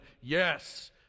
Yes